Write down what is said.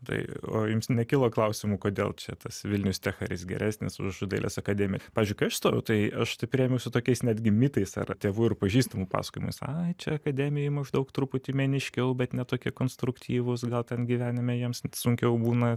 tai o jums nekilo klausimų kodėl čia tas vilnius tech ar jis geresnis už dailės akademiją pavyzdžiui kai aš stojau tai aš tai priėmiau su tokiais netgi mitais ar tėvų ir pažįstamų pasakojimais ai čia akademijoj maždaug truputį meniškiau bet ne tokie konstruktyvūs gal ten gyvenime jiems sunkiau būna